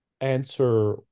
answer